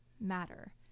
matter